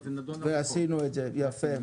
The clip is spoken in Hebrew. ועשינו את זה, יפה.